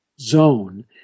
zone